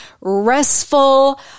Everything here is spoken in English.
restful